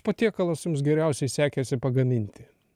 patiekalas jums geriausiai sekėsi pagaminti